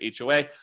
HOA